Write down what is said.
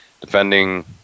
defending